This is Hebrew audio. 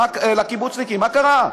מה קרה?